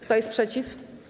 Kto jest przeciw?